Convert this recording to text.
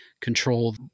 control